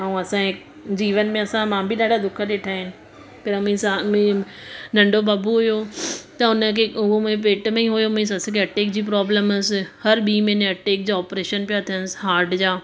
ऐं असांजे जीवन में असां मां बि ॾाढा दुख ॾिठा आहिनि पर मींस हा मी नंढो बबु हुओ त हुनखे उहो मुंहिंजे पेट में ई उहो मुंहिंजी सस खे अटैक जी प्रॉब्लम हुअसि हर ॿी महिने अटैक जा ऑपरेशन पिया थिअनि हाट जा